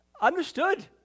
Understood